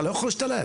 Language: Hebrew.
אתה לא יכול להשתלט,